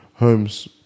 homes